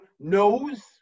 knows